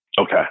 Okay